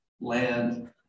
land